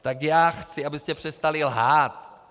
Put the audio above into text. Tak já chci, abyste přestali lhát.